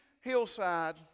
hillside